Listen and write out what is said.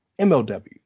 MLW